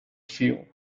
fuel